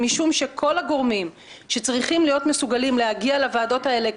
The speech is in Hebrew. השכל לא נמצא בממשלה,